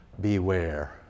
Beware